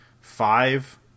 five